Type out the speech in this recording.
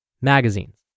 Magazines